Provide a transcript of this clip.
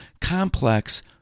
complex